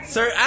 Sir